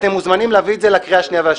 אתם מוזמנים להביא את זה לקריאה השנייה והשלישית.